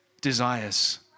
desires